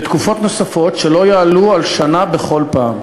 בתקופות נוספות שלא יעלו על שנה בכל פעם.